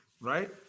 right